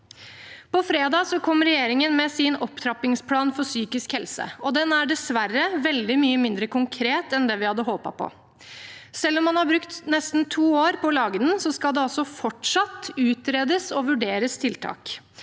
På fredag kom regjeringen med sin opptrappingsplan for psykisk helse. Den er dessverre veldig mye mindre konkret enn det vi hadde håpet på. Selv om man har brukt nesten to år på å lage den, skal det altså fortsatt utredes og vurderes tiltak.